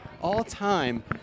all-time